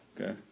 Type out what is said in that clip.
Okay